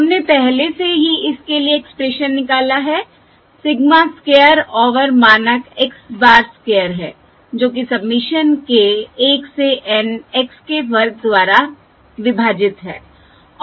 हमने पहले से ही इसके लिए एक्सप्रेशन निकाला है सिग्मा स्क्वायर ओवर मानक x bar स्क्वायर है जो कि सबमिशन k 1 से N x k वर्ग द्वारा विभाजित है